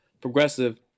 progressive